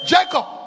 Jacob